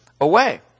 away